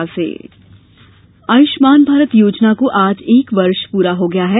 आयुष्मान भारत आयुष्मान भारत योजना को आज एक वर्ष पूरा हो गया है